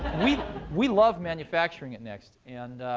we we love manufacturing at next. and